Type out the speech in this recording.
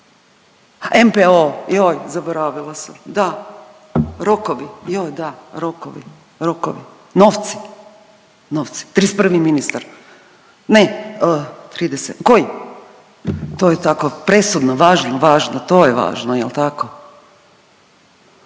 NPOO, joj zaboravila sam, da rokovi, joj da rokovi, rokovi, novci, novci, 31. ministar, ne 30., koji? To je tako presudno važno, važno, to je važno jel tako?